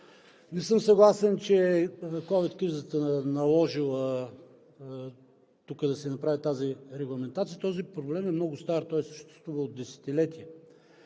Не съм съгласен, че ковид кризата е наложила тук да се направи тази регламентация. Този проблем е много стар, той съществува от десетилетия.